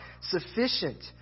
sufficient